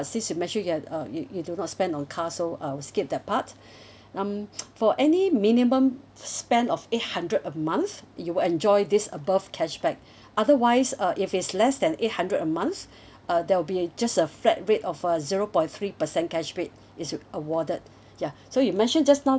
since you mentioned you had uh you you do not spend on cars so uh we skip that part um for any minimum spend of eight hundred a month you will enjoy this above cashback otherwise uh if it's less than eight hundred a month uh there will be just a flat rate of uh zero point three percent cashback is w~ awarded ya so you mentioned just now